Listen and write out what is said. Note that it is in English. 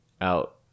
out